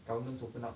governments open up